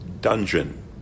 dungeon